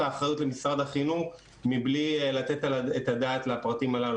האחריות למשרד החינוך מבלי לתת את הדעת לפרטים הללו.